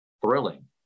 thrilling